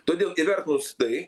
todėl įvertinus tai